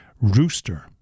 Rooster